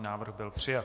Návrh byl přijat.